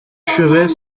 chevet